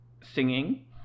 singing